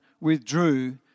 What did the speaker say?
withdrew